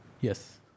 Yes